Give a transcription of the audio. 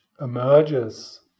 emerges